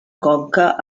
conca